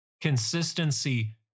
Consistency